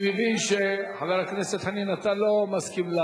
חבר הכנסת חנין, שאתה לא מסכים.